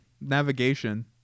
navigation